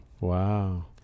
wow